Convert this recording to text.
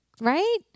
Right